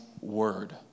word